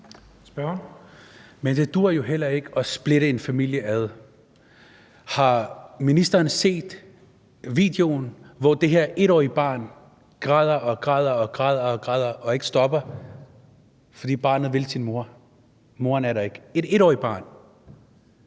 Men det duer jo heller ikke at splitte en familie ad. Har ministeren set videoen, hvor det her 1-årige barn græder og græder og ikke kan stoppe, fordi barnet vil have sin mor, men moren ikke er der? Det er et 1-årigt barn.